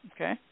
Okay